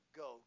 go